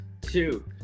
two